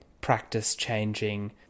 practice-changing